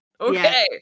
Okay